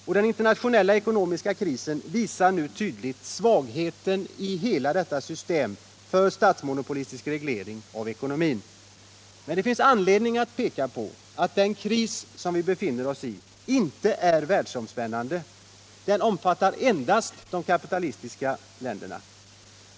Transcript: Och den internationella ekonomiska krisen visar nu tydligt svagheten i hela systemet för statsmonopolistisk reglering av ekonomin. Men det finns anledning att peka på att den kris vi befinner oss i inte är världsomspännande — den omfattar endast de kapitalistiska länderna.